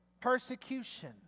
persecution